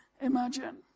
imagine